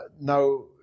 Now